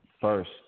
first